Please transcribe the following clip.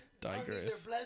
digress